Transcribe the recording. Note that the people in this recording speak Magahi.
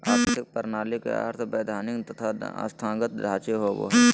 आर्थिक प्रणाली के अर्थ वैधानिक तथा संस्थागत ढांचे होवो हइ